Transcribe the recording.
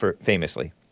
famously